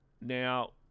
Now